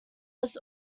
was